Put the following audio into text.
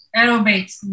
aerobics